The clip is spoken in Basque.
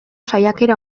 saiakera